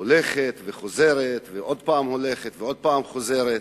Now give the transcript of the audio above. הולכת וחוזרת, ועוד פעם הולכת ועוד פעם חוזרת.